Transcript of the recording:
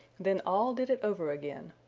then all did it over again.